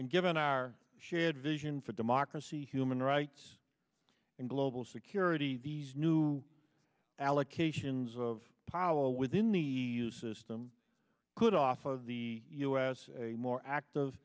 and given our shared vision for democracy human rights and global security these new allocations of power within the e u system could offer of the us a more active